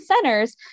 centers